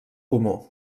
comú